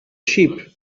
sheep